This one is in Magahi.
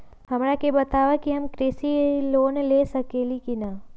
हमरा के बताव कि हम कृषि लोन ले सकेली की न?